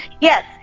Yes